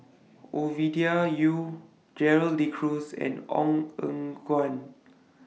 Ovidia Yu Gerald De Cruz and Ong Eng Guan